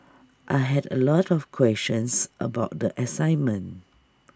I had A lot of questions about the assignment